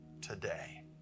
today